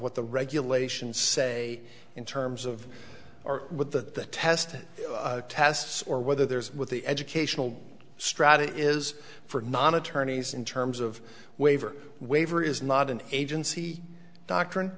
what the regulations say in terms of or with the test tests or whether there is with the educational strata is for non attorneys in terms of waiver waiver is not an agency doctrine